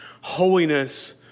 holiness